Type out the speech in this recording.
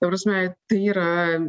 ta prasme tai yra